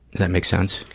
that make sense?